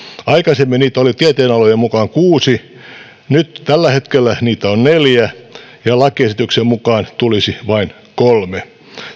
aikaisemmin niitä oli tieteenalojen mukaan kuusi nyt tällä hetkellä niitä on neljä ja lakiesityksen mukaan tulisi vain kolme